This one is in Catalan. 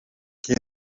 qui